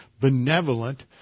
benevolent